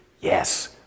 Yes